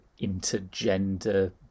intergender